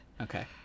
Okay